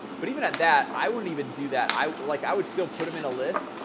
but even at that i wouldn't even do that i like i would still put him in a list,